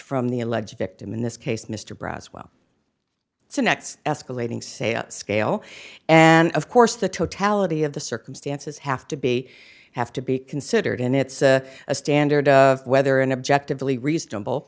from the alleged victim in this case mr braswell so next escalating say scale and of course the totality of the circumstances have to be have to be considered and it's a standard whether and objectively reasonable